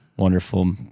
Wonderful